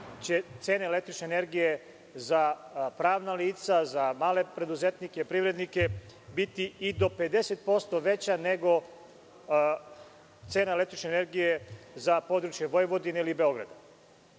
će cena električne energije za pravna lica, za male preduzetnike, privrednike biti i do 50% veća nego cena električne energije za područje Vojvodine ili Beograda.U